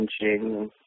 changing